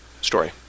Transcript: story